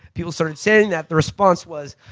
people started saying that the response was,